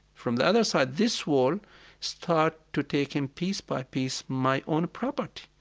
from the other side, this wall start to take in piece by piece my own property,